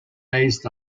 based